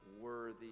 Worthy